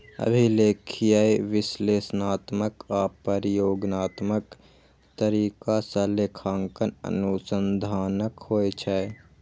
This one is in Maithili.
अभिलेखीय, विश्लेषणात्मक आ प्रयोगात्मक तरीका सं लेखांकन अनुसंधानक होइ छै